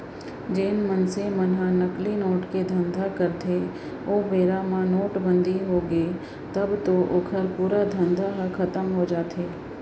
जेन मनसे मन ह नकली नोट के धंधा करथे ओ बेरा म नोटबंदी होगे तब तो ओखर पूरा धंधा ह खतम हो जाथे